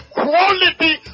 quality